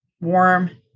warm